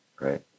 right